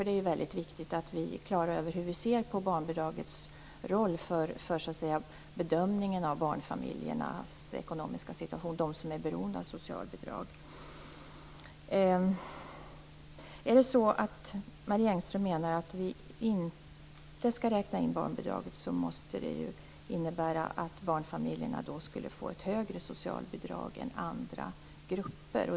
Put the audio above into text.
Det är väldigt viktigt att vi är klara över hur vi ser på barnbidragets roll för bedömningen av den ekonomiska situationen för barnfamiljer som är beroende av socialbidrag. Om Marie Engström menar att vi inte skall räkna in barnbidraget så måste det ju innebära att barnfamiljerna får ett högre socialbidrag än andra grupper.